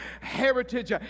heritage